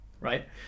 right